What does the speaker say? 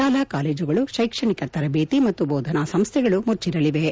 ಶಾಲಾ ಕಾಲೇಜುಗಳು ಶೈಕ್ಷಣಿಕ ತರದೇತಿ ಮತ್ತು ಬೋಧನಾ ಸಂಸ್ಥೆಗಳು ಮುಚ್ಚರಲಿವೆ